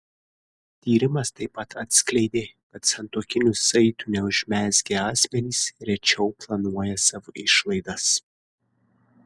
tyrimas taip pat atskleidė kad santuokinių saitų neužmezgę asmenys rečiau planuoja savo išlaidas